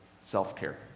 self-care